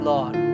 Lord